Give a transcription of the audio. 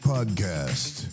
Podcast